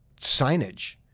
signage